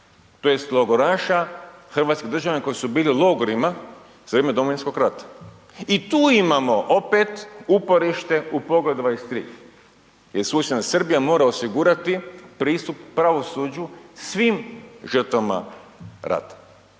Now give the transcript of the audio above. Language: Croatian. tj. logoraša, hrvatskih državljana koji su bili u logorima za vrijeme Domovinskog rata i tu imamo opet uporište u Poglavlju 23. gdje susjedna Srbija mora osigurati pristup pravosuđu svim žrtvama rata